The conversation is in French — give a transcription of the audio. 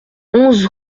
onze